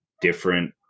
different